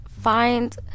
find